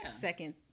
second